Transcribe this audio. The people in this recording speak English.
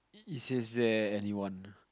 it says there anyone